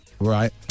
Right